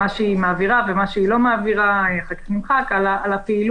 מה שהיא מעבירה ומה שהיא לא מעבירה אחר כך נמחק על הפעילות,